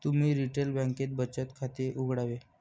तुम्ही रिटेल बँकेत बचत खाते उघडावे